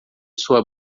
sua